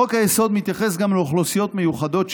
חוק-היסוד מתייחס גם לאוכלוסיות המיוחדות,